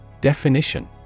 Definition